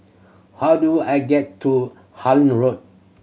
how do I get to Harlyn Road